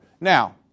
Now